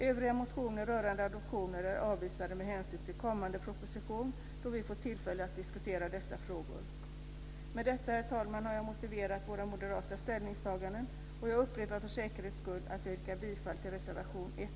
Övriga motioner rörande adoptioner är avvisade med hänsyn till kommande proposition, då vi får tillfälle att diskutera dessa frågor. Med detta, herr talman, har jag motiverat våra moderata ställningstaganden, och jag upprepar för säkerhets skull att jag yrkar bifall till reservation 1